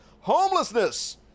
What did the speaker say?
Homelessness